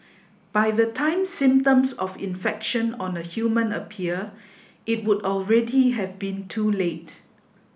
by the time symptoms of infection on a human appear it would already have been too late